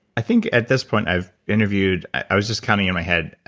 i think at this point i've interviewed. i was just counting in my head.